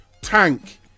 Tank